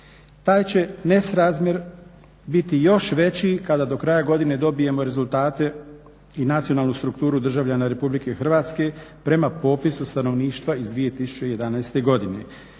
Taj će nesrazmjer biti još veći kada do kraja godine dobijemo rezultate i nacionalnu strukturu državljana RH prema popisu stanovništva iz 2011. godine